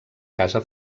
casa